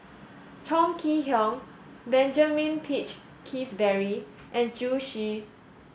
Chong Kee Hiong Benjamin Peach Keasberry and Zhu Xu